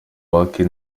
wake